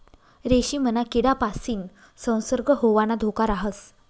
रेशीमना किडापासीन संसर्ग होवाना धोका राहस